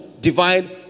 Divine